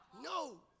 No